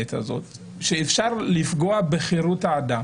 נסבלת הזאת שאפשר לפגוע בחירות האדם